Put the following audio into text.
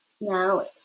Now